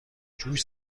جوش